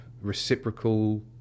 reciprocal